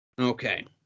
Okay